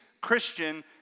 Christian